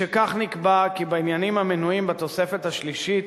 משכך, נקבע כי בעניינים המנויים בתוספת השלישית